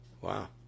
Wow